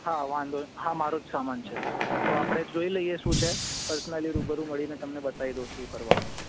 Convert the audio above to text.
હા વાંધો હા મારો જ સામાન છે તો આપણે જોઈ લઈએ શું છે પર્સનલી રૂબરૂ મળીને તમને બતાવી દઉં શું કરવાનું છે